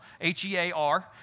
H-E-A-R